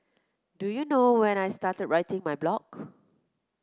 do you know when I started writing my blog